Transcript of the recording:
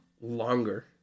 longer